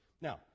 Now